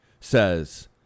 says